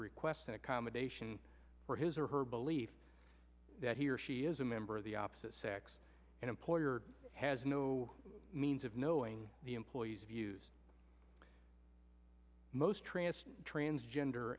requested accommodation for his or her belief that he or she is a member of the opposite sex and employer has no means of knowing the employee's views most tran